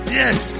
yes